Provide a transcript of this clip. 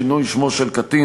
שינוי שמו של קטין,